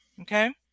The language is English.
Okay